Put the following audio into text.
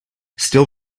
still